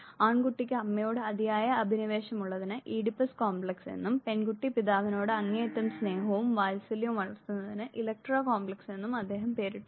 ആൺ കുട്ടിക്ക് അമ്മയോട് അതിയായ അഭിനിവേശമുള്ളതിന് ഈഡിപ്പസ് കോംപ്ലക്സ് എന്നും പെൺകുട്ടി പിതാവിനോട് അങ്ങേയറ്റം സ്നേഹവും വാത്സല്യവും വളർത്തുന്നതിന് ഇലക്ട്ര കോംപ്ലക്സ് എന്നും അദ്ദേഹം പേരിട്ടു